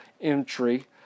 entry